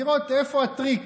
לראות איפה הטריק.